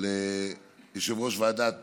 ליושב-ראש ועדת